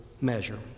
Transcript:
measure